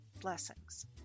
Blessings